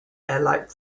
allied